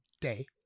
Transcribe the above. day